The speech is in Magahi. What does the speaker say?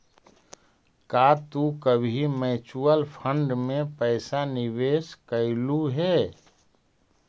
का तू कभी म्यूचुअल फंड में पैसा निवेश कइलू हे